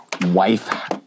wife